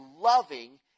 loving